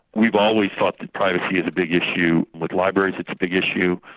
we've always thought that privacy is a big issue with libraries it's a big issue,